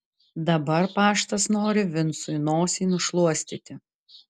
dabar paštas nori vincui nosį nušluostyti